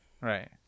Right